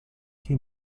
che